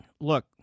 look